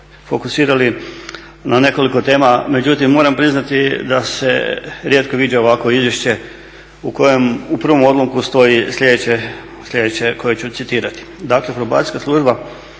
fokusirali na nekoliko tema, međutim moram priznati da se rijetko viđa ovako izvješće u kojem u prvom odlomku stoji sljedeće koje ću citirati "Probacijska služba